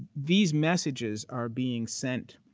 these messages are being sent,